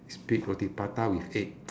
is big roti prata with egg